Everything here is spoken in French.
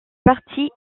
parti